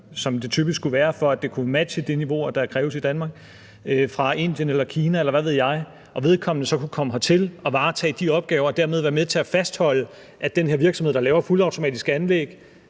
som det typisk skulle være, for at det kunne matche det niveau, der kræves i Danmark – fra Indien eller Kina, eller hvad ved jeg, og vedkommende så kunne komme hertil og varetage de opgaver og dermed være med til at fastholde, at den her virksomhed, der laver fuldautomatiske anlæg,